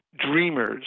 dreamers